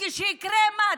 כשיקרה, מה?